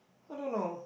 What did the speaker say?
I don't know